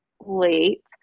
late